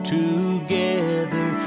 together